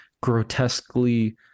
grotesquely